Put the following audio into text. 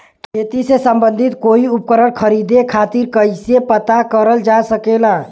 खेती से सम्बन्धित कोई उपकरण खरीदे खातीर कइसे पता करल जा सकेला?